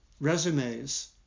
resumes